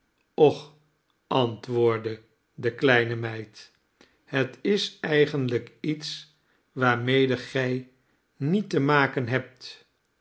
och antwoordde de kleine meid het is eigenlijk iets waarmede gij niet te maken hebt